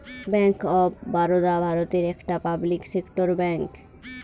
bank of Baroda ভারতের একটা public sector bank